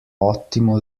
ótimo